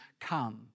come